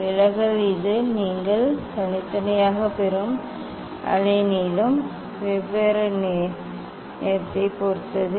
விலகல் இது நீங்கள் தனித்தனியாக பெறும் அலைநீளம் வெவ்வேறு நிறத்தைப் பொறுத்தது